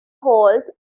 holds